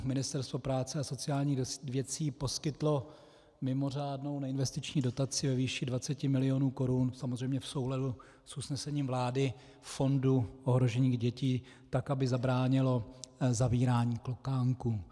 Ministerstvo práce a sociálních věcí poskytlo mimořádnou neinvestiční dotaci ve výši 20 milionů korun, samozřejmě v souladu s usnesením vlády, Fondu ohrožených dětí, tak aby zabránilo zavírání klokánků.